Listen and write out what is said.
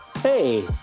hey